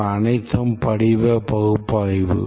இவை அனைத்தும் படிவ பகுப்பாய்வு